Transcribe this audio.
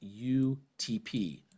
UTP